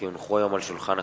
כי הונחו היום על שולחן הכנסת,